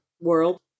World